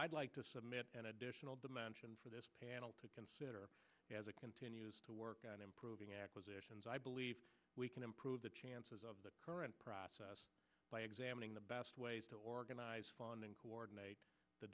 i'd like to submit an additional dimension for this panel to consider as a continues to work on improving acquisitions i believe we can improve the chances of the current process by examining the best ways to organize and coordinate the